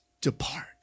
Depart